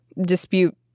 dispute